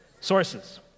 sources